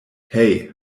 hey